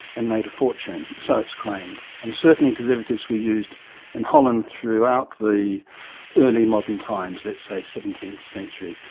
and made a fortune. so it's claimed. and certainly derivatives were used in holland throughout the early modern times, let's say seventeenth century,